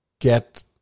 get